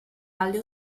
alle